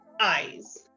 eyes